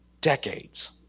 decades